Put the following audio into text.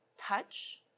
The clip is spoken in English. touch